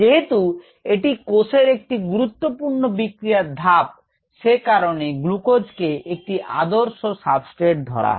যেহেতু এটি কোষের একটি গুরুত্বপূর্ণ বিক্রিয়ার ধাপ সে কারণে গ্লুকোজকে একটি আদর্শ সাবস্ট্রেট ধরা হয়